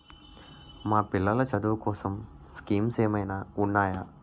మా పిల్లలు చదువు కోసం స్కీమ్స్ ఏమైనా ఉన్నాయా?